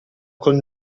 con